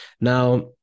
Now